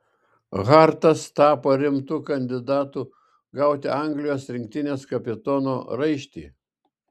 hartas tapo rimtu kandidatu gauti anglijos rinktinės kapitono raištį